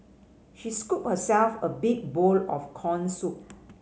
she scooped herself a big bowl of corn soup